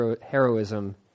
heroism